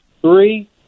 Three